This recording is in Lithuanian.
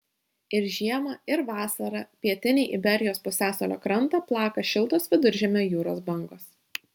ir žiemą ir vasarą pietinį iberijos pusiasalio krantą plaka šiltos viduržemio jūros bangos